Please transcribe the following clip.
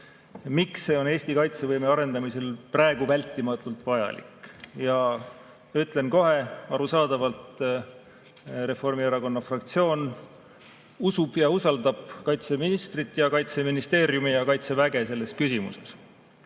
miks see on Eesti kaitsevõime arendamisel praegu vältimatult vajalik. Ja ütlen kohe, arusaadavalt Reformierakonna fraktsioon usub ja usaldab kaitseministrit, Kaitseministeeriumi ja Kaitseväge selles küsimuses.